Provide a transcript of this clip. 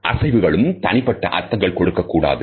அசைவுகளுக்கு தனிப்பட்ட அர்த்தங்கள் கொடுக்கக் கூடாது